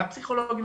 גם פסיכולוגים,